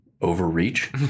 overreach